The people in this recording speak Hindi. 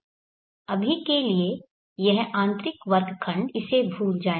अभी के लिए यह आंतरिक वर्ग खंड इसे भूल जाएं